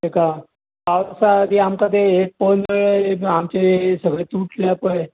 तेका पावसा आदीं आमकां हें पनेळ सगळे तुटल्या पळय